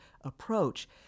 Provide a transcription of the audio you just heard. approach